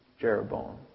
Jeroboam